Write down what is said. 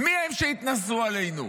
מי הם שיתנשאו עלינו?